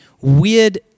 weird